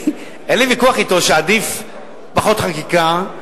אין לי ויכוח אתו שעדיף פחות חקיקה,